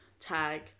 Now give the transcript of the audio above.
tag